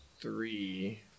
three